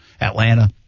Atlanta